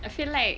I feel like